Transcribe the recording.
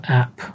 app